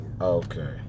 Okay